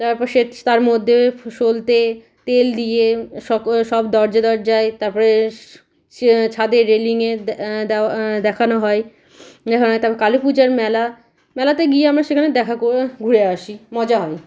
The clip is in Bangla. তারপর তার মধ্যে সলতে তেল দিয়ে সব দরজা দরজায় তারপরে সে ছাদে রেলিংয়ে দেখানো হয় দেখানো হয় তারপরে কালী পূজার মেলা মেলাতে গিয়ে আমরা সেখানে দেখা ঘুরে আসি মজা হয়